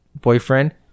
boyfriend